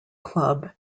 club